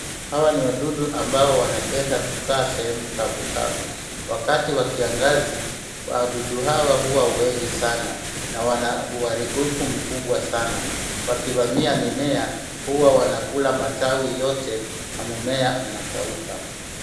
Hawa ni wadudu ambao wanapenda kukaa sehemu kavukavu. Wakati wa kiangazi wadudu hawa huwa wengi sana na wana uharibifu mkubwa sana. Wakivamia mimea huwa wanakula matawi yote na mmea unakauka.